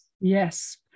Yes